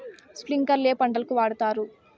స్ప్రింక్లర్లు ఏ పంటలకు వాడుతారు?